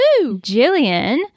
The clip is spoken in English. Jillian